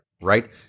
right